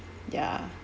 ya